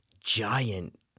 Giant